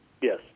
Yes